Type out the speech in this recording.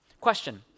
Question